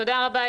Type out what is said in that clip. תודה רבה,